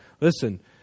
listen